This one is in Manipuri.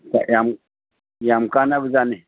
ꯌꯥꯝ ꯌꯥꯝ ꯀꯥꯟꯅꯕꯖꯥꯠꯅꯤ